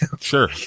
Sure